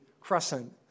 crescent